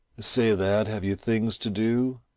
say, lad, have you things to do?